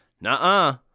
nah